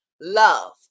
Love